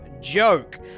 joke